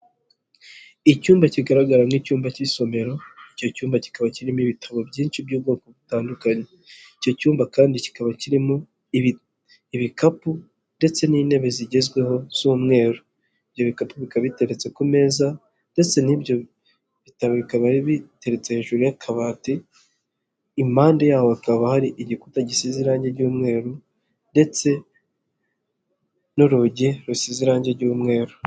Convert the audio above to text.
Icyumba kigaragara nk'icyumba cy'isomero icyo cyumba kikaba kirimo ibitabo byinshi by'ubwoko butandukanye, icyo cyumba kandi kikaba kirimo ibikapu ndetse n'intebe zigezweho z'umweru. Ibyo bikapu bikaba biteretse ku meza ndetse n'ibyo bitabo bikaba biteretse hejuru y'akabati, impande yaho hakaba hari igikuta gisize irangi ry'umweru ndetse n'urugi rusize irangi ry'umweru.